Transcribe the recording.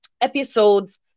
episodes